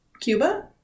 Cuba